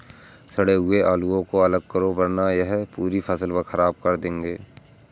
सड़े हुए आलुओं को अलग करो वरना यह पूरी फसल खराब कर देंगे